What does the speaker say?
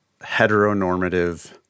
heteronormative